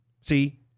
See